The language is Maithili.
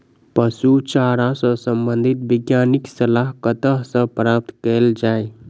पशु चारा सऽ संबंधित वैज्ञानिक सलाह कतह सऽ प्राप्त कैल जाय?